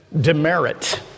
demerit